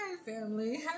family